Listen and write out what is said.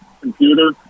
computer